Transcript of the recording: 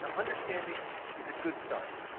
um understanding is a good start.